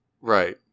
right